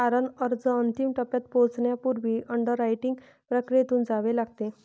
तारण अर्ज अंतिम टप्प्यात पोहोचण्यापूर्वी अंडररायटिंग प्रक्रियेतून जावे लागते